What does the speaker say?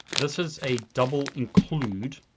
this is a double include,